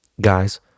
Guys